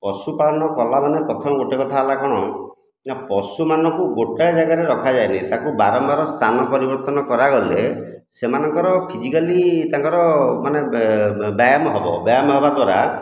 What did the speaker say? ପଶୁପାଳନ କଲାମାନେ ପ୍ରଥମ ଗୋଟିଏ କଥା ହେଲା କ'ଣ ନା ପଶୁମାନଙ୍କୁ ଗୋଟିଏ ଯାଗାରେ ରଖାଯାଏନି ତାକୁ ବାରମ୍ବାର ସ୍ଥାନ ପରିବର୍ତ୍ତନ କରାଗଲେ ସେମାନଙ୍କର ଫିଜିକାଲି ତାଙ୍କର ମାନେ ବ୍ୟାୟାମ ବ୍ୟାୟାମ ହେବା ଦ୍ଵାରା